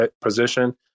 position